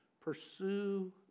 pursue